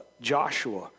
Joshua